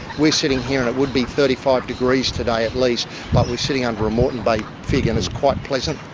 we're sitting here and it would be thirty five degrees today at least, but we're sitting under a moreton bay fig and it's quite pleasant.